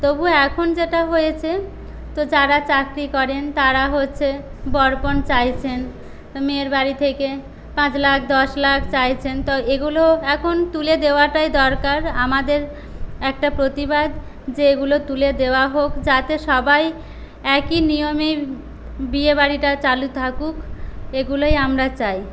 তবুও এখন যেটা হয়েছে তো যারা চাকরি করেন তারা হচ্ছে বরপণ চাইছেন তো মেয়ের বাড়ি থেকে পাঁচ লাখ দশ লাখ চাইছেন তো এগুলো এখন তুলে দেওয়াটাই দরকার আমাদের একটা প্রতিবাদ যে এগুলো তুলে দেওয়া হোক যাতে সবাই একই নিয়মেই বিয়ে বাড়িটা চালু থাকুক এগুলোই আমরা চাই